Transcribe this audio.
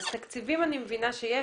תקציבים, אני מבינה שיש.